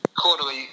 quarterly